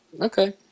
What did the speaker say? Okay